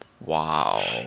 Wow